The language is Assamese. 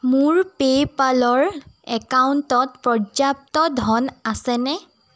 মোৰ পে'পালৰ একাউণ্টত পৰ্যাপ্ত ধন আছেনে